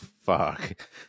fuck